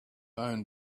own